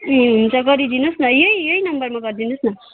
ए हुन्छ गरिदिनुहोस् न यही यही नम्बरमा गरिदिनुहोस् न